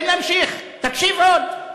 תן להמשיך, תקשיב עוד.